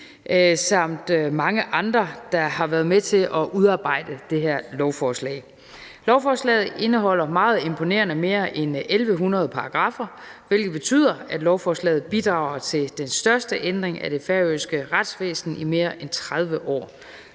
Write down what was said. samt mange andre, der har været med til at udarbejde det her lovforslag. Lovforslaget indeholder meget imponerende mere end 1.100 paragraffer, hvilket betyder, at lovforslaget bidrager til den største ændring af det færøske retsvæsen i mere end 30 år.